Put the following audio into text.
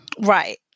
Right